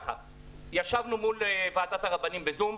ישבנו מול ועדת הרבנים בזום,